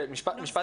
נושא